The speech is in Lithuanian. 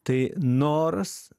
tai noras